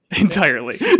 Entirely